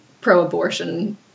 pro-abortion